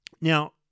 now